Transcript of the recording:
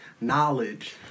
knowledge